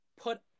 put